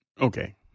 Okay